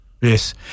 Yes